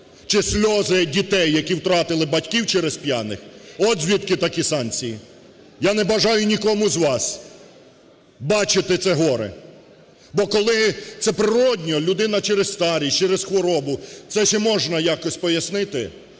чи сльози дітей, які втратили батьків через п'яних, – от звідки такі санкції. Я не бажаю нікому з вас бачити це горе. Бо коли це природно, людина через старість, через хворобу – це ще можна якось пояснити.